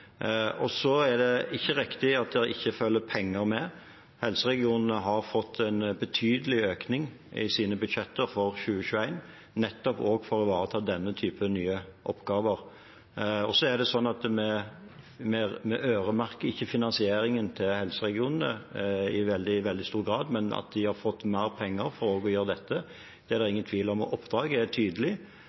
Så er det ikke riktig at det ikke følger penger med. Helseregionene har fått en betydelig økning i sine budsjetter for 2021, nettopp for å ivareta også denne typen nye oppgaver. Vi øremerker ikke finansieringen til helseregionene i veldig stor grad, men at de har fått mer penger for å gjøre dette, er det ingen tvil om. Oppdraget er tydelig,